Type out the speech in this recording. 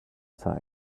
side